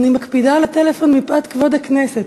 אני מקפידה על הטלפון מפאת כבוד הכנסת,